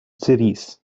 series